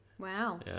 Wow